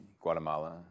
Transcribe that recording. Guatemala